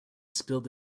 spilled